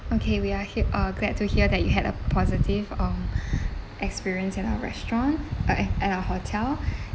okay we are hear uh glad to hear that you had a positive um experience in our restaurant uh hotel